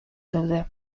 daude